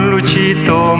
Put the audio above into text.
Luchito